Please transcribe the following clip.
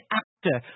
actor